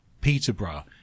Peterborough